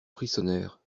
frissonnèrent